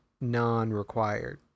non-required